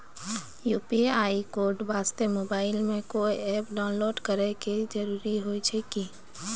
UPI code वास्ते mobile मे कोय एप्प डाउनलोड करे के जरूरी होय छै की?